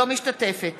אינה משתתפת